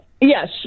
Yes